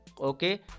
okay